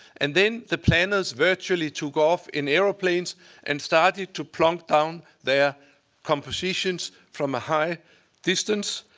and then the planners virtually took off in airplanes and started to plunk down their compositions from a high distance.